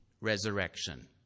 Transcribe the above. resurrection